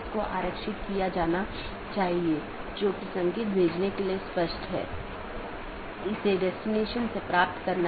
एक गैर मान्यता प्राप्त ऑप्शनल ट्रांसिटिव विशेषता के साथ एक पथ स्वीकार किया जाता है और BGP साथियों को अग्रेषित किया जाता है